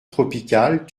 tropical